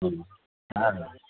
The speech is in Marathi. हा